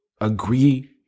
agree